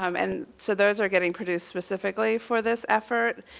um and so those are getting produced specifically for this effort.